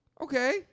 Okay